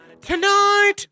tonight